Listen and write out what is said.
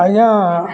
ଆଜ୍ଞା